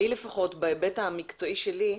לי לפחות, בהיבט המקצועי שלי,